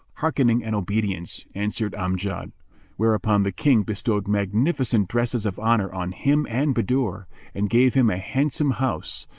hearkening and obedience, answered amjad whereupon the king bestowed magnificent dresses of honour on him and bahadur and gave him a handsome house,